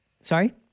Sorry